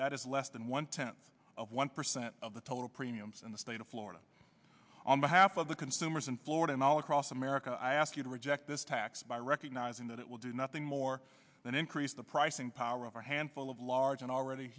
that is less than one tenth of one percent of the total premiums in the state of florida on behalf of the consumers in florida and all across america i ask you to reject this tax by recognizing that it will do nothing more than increase the pricing power of a handful of large and already